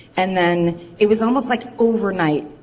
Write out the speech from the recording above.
and then it was almost like overnight.